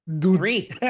three